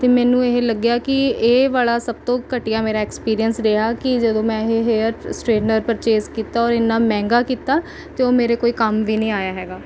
ਅਤੇ ਮੈਨੂੰ ਇਹ ਲੱਗਿਆ ਕਿ ਇਹ ਵਾਲਾ ਸਭ ਤੋਂ ਘਟੀਆ ਮੇਰਾ ਐਕਪੀਰੀਐਂਨਸ ਰਿਹਾ ਕਿ ਜਦੋਂ ਮੈਂ ਇਹ ਹੇਅਰ ਸਟਰੇਟਨਰ ਪਰਚੇਜ਼ ਕੀਤਾ ਔਰ ਇੰਨਾਂ ਮਹਿੰਗਾ ਕੀਤਾ ਅਤੇ ਉਹ ਮੇਰੇ ਕੋਈ ਕੰਮ ਵੀ ਨਹੀਂ ਆਇਆ ਹੈਗਾ